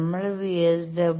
നമ്മൾ VSWR 1